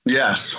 yes